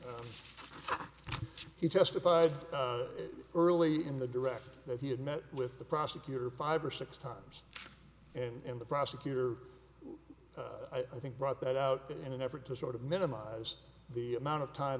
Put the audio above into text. he testified early in the direct that he had met with the prosecutor five or six times and the prosecutor i think brought that out in an effort to sort of minimize the amount of time